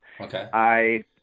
Okay